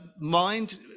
mind